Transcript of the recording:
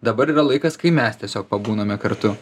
dabar yra laikas kai mes tiesiog pabūname kartu